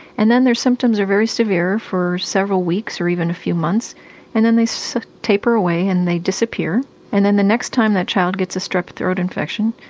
and then their symptoms are very severe for several weeks or even a few months and then they so taper away and they disappear and then the next time that child gets a strep throat infection,